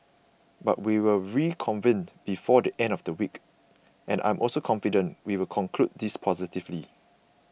but we will reconvene before the end of the week and I am also confident we will conclude this positively